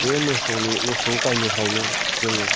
बे मोसौ गाइनिफ्रायनो जोङो